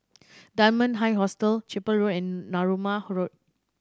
Dunman High Hostel Chapel Road and Narooma Road